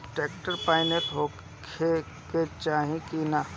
Tractor पाईनेस होखे के चाही कि ना?